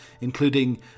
including